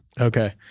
Okay